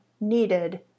needed